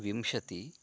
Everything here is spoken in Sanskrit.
विंशतिः